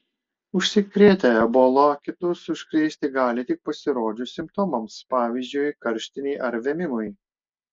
užsikrėtę ebola kitus užkrėsti gali tik pasirodžius simptomams pavyzdžiui karštinei ar vėmimui